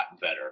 better